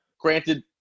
Granted